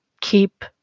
keep